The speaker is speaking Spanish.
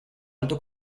alto